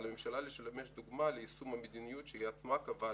על הממשלה לשמש דוגמה ליישום המדיניות שהיא עצמה קבעה